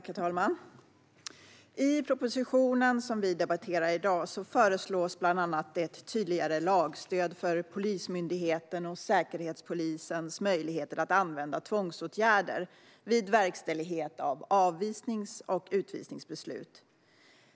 Herr talman! I den proposition som vi debatterar i dag föreslås bland annat ett tydligare lagstöd för Polismyndighetens och Säkerhetspolisens möjligheter att använda tvångsåtgärder vid verkställighet av avvisnings och utvisningsbeslut.